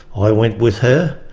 i went with her,